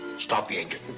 start the engine.